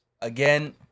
Again